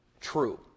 true